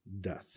death